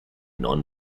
non